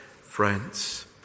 friends